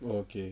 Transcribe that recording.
oh okay